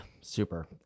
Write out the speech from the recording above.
super